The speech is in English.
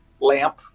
lamp